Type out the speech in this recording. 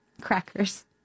Crackers